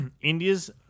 India's